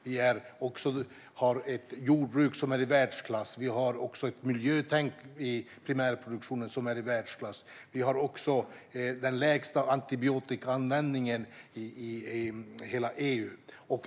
Vi har också ett jordbruk som är i världsklass, ett miljötänk i primärproduktionen som är i världsklass och den lägsta antibiotikaanvändningen i hela EU.